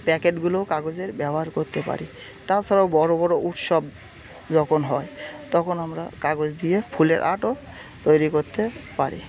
প্যাকেটগুলোও কাগজের ব্যবহার করতে পারি তাছাড়াও বড় বড় উৎসব যখন হয় তখন আমরা কাগজ দিয়ে ফুলের আর্টও তৈরি করতে পারি